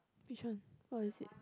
which one what was it